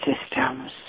systems